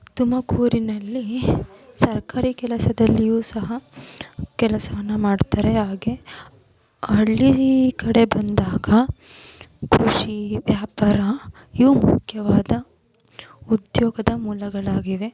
ತುಮಕೂರಿನಲ್ಲಿ ಸರ್ಕಾರಿ ಕೆಲಸದಲ್ಲಿಯೂ ಸಹ ಕೆಲಸವನ್ನು ಮಾಡ್ತಾರೆ ಆಗೇ ಹಳ್ಳಿ ಕಡೆ ಬಂದಾಗ ಕೃಷಿ ವ್ಯಾಪಾರ ಇವು ಮುಖ್ಯವಾದ ಉದ್ಯೋಗದ ಮೂಲಗಳಾಗಿವೆ